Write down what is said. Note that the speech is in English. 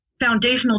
foundational